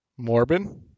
Morbin